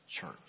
Church